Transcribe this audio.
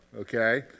okay